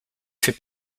fait